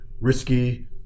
risky